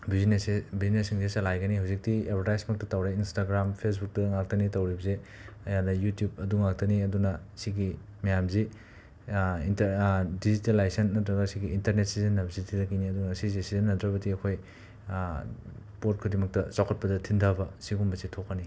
ꯕꯤꯖꯤꯅꯦꯁꯁꯦ ꯕꯤꯖꯤꯅꯦꯁꯁꯤꯡꯁꯦ ꯆꯂꯥꯏꯒꯅꯤ ꯍꯧꯖꯤꯛꯇꯤ ꯑꯦꯕꯔꯗꯥꯏꯁꯃꯛꯇ ꯇꯧꯔꯦ ꯏꯟꯁꯇꯒ꯭ꯔꯥꯝ ꯐꯦꯁꯕꯨꯛꯇ ꯉꯥꯛꯇꯅꯤ ꯇꯧꯔꯤꯕꯁꯦ ꯑꯗꯒꯤ ꯌꯨꯇꯨꯕ ꯑꯗꯨ ꯉꯥꯛꯇꯅꯤ ꯑꯗꯨꯅ ꯁꯤꯒꯤ ꯃꯌꯥꯝꯁꯤ ꯏꯟꯇ ꯗꯤꯖꯤꯇꯦꯂꯥꯏꯁꯟ ꯅꯠꯇ꯭ꯔꯒ ꯁꯤꯒꯤ ꯏꯟꯇꯔꯅꯦꯠ ꯁꯤꯖꯤꯟꯅꯕꯁꯤꯗꯒꯤꯅꯤ ꯑꯗꯨꯅ ꯁꯤꯖꯤ ꯁꯤꯖꯤꯟꯅꯗ꯭ꯔꯒꯗꯤ ꯑꯩꯈꯣꯏ ꯄꯣꯠ ꯈꯨꯗꯤꯡꯃꯛꯇ ꯆꯥꯎꯈꯠꯄꯗ ꯊꯤꯟꯊꯕ ꯁꯤꯒꯨꯝꯕꯁꯦ ꯊꯣꯛꯀꯅꯤ